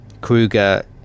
Kruger